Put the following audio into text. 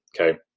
Okay